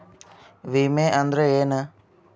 ವಿಮೆ ಅಂದ್ರೆ ಏನ?